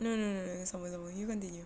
no no no sambung sambung you continue